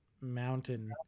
Mountain